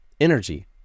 energy